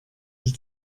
die